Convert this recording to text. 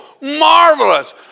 marvelous